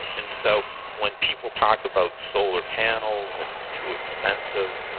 and so when people talk about solar panels and it's too expensive,